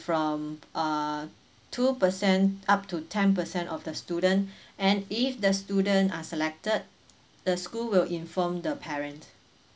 from uh two percent up to ten percent of the student and if the student are selected the school will inform the parents